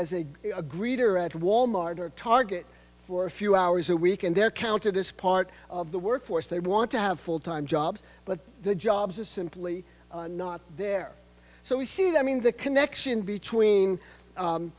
as a greeter at walmart or target for a few hours a week and they're counted as part of the workforce they want to have full time jobs but the jobs are simply not there so we see that means the connection between